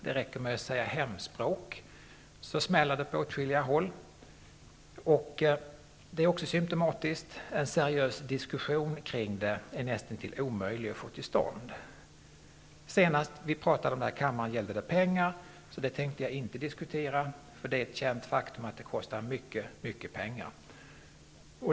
Det räcker med att säga hemspråk, så smäller det på åtskilliga håll. Det är också symtomatiskt. En seriös diskussion om denna fråga är näst intill omöjlig att få till stånd. Senast vi talade om det i denna kammare gällde det pengar, så det tänkte jag inte diskutera nu. Det är ett känt faktum att det kostar mycket pengar.